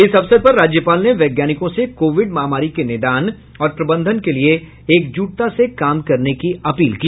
इस अवसर पर राज्यपाल ने वैज्ञानिकों से कोविड महामारी के निदान और प्रबंधन के लिये एकजुटता से काम करने की अपील की